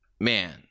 man